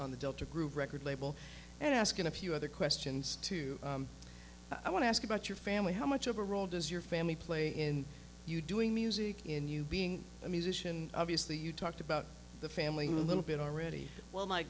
on the delta group record label and asking a few other questions too i want to ask about your family how much of a role does your family play in you doing music in you being a musician obviously you talked about the family little bit already well my